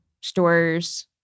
stores